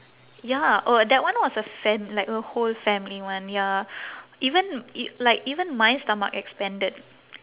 ya oh that one was a fam~ like a whole family one ya even i~ like even my stomach expanded